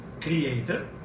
Creator